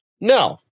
no